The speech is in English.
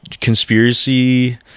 conspiracy